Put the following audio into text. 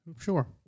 Sure